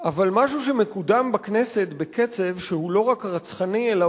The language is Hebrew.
אבל משהו שמקודם בכנסת בקצב שהוא לא רק רצחני אלא